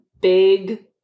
big